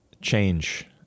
Change